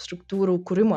struktūrų kūrimo